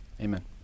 amen